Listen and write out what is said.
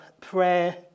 prayer